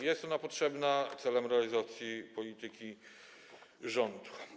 Jest ona potrzebna w celu realizacji polityki rządu.